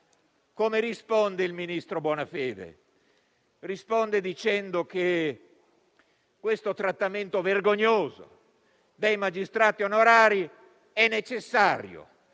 come risponde il ministro Bonafede? Risponde dicendo che questo trattamento vergognoso dei magistrati onorari è necessario,